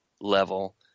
level